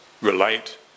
relate